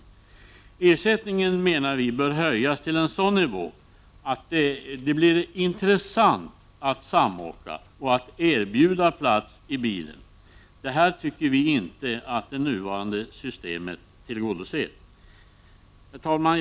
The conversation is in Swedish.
Vi menar att ersättningen bör höjas till en sådan nivå att det blir intressant att samåka och att erbjuda plats i bilen, vilket det nuvarande systemet inte inbjuder till. Herr talman!